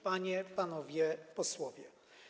Panie i Panowie Posłowie!